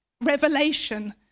revelation